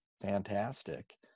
fantastic